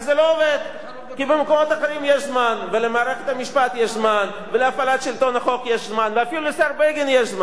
אותי לימדו שפה צריך לפעול שוויוני.